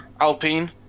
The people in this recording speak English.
Alpine